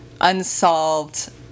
unsolved